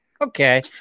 okay